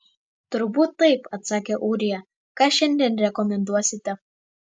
turbūt taip atsakė ūrija ką šiandien rekomenduosite